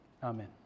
Amen